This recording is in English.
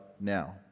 now